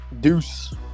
Deuce